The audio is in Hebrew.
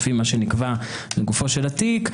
לפי מה שנקבע לגופו של התיק,